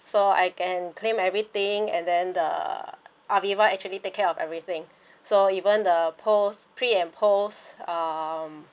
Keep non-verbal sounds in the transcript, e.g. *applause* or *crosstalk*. so I can claim everything and then the Aviva actually take care of everything *breath* so even the post pre and post um